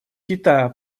китая